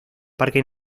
parque